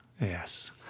Yes